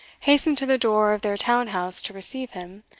hastened to the door of their town-house to receive him